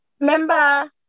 Member